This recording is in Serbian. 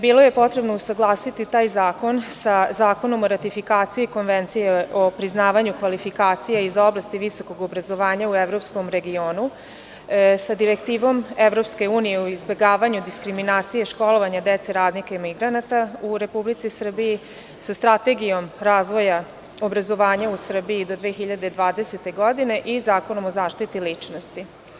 Bilo je potrebno usaglasiti taj zakon sa Zakonom o ratifikaciji Konvencije o priznavanju kvalifikacija iz oblasti visokog obrazovanja u evropskom regionu sa direktivom EU o izbegavanju diskriminacije školovanja dece, radnika i migranata u Republici Srbiji, sa Strategijom razvoja obrazovanja u Srbiji do 2020. godine i Zakonom o zaštiti ličnosti.